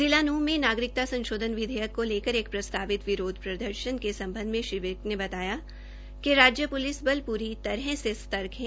जिला नृंह में नागरिकता संशोधन विधेयक को लेकर एक प्रस्तावित विरोध प्रदर्शन के संबंध में श्री विर्क ने बताया कि राज्य पुलिस बल प्री तरह सतर्क है